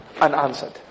unanswered